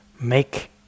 make